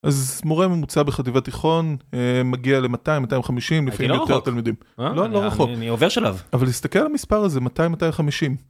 אז מורה ממוצע בחטיבה-תיכון, מגיע ל-200-250 לפעמים יותר תלמידים. לא, לא רחוק, אני עובר שלב. אבל תסתכל על המספר הזה, 200-250.